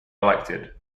elected